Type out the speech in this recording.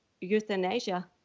euthanasia